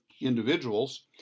individuals